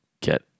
get